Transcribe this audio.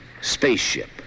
spaceship